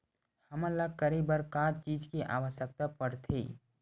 हमन ला करे बर का चीज के आवश्कता परथे?